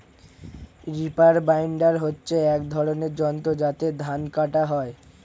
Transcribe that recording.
reaper binder হচ্ছে এক ধরনের যন্ত্র যাতে ধান কাটা হয়